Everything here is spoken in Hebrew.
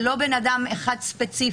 ולא בן אדם אחד ספציפי.